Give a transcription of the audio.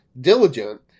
diligent